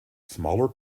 smaller